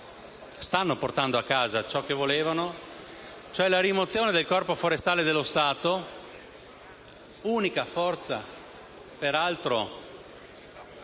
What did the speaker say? stanno portando a casa ciò che volevano, vale a dire la rimozione del Corpo forestale dello Stato, unica forza peraltro